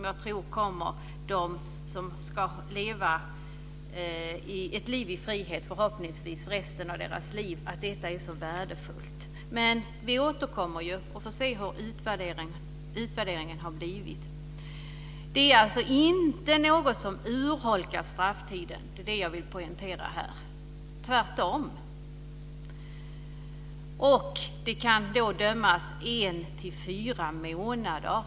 Det är så värdefullt för dem som förhoppningsvis ska leva resten av sitt liv i frihet. Vi återkommer när vi får se hur utvärderingen har blivit. Jag vill poängtera att det inte är något som urholkas i framtiden, tvärtom. Man kan dömas till en till fyra månader.